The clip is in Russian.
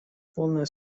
полное